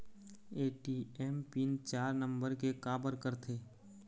ATM PIN चार number के काबर करथे?